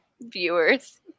viewers